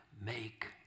make